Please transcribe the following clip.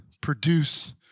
produce